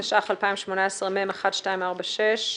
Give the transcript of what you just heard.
התשע"ח (2018)מ/1246.